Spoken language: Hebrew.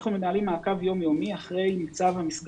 אנחנו מנהלים מעקב יום יומי אחרי המסגרות